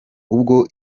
ubwo